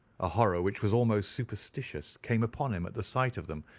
a horror which was almost superstitious came upon him at the sight of them.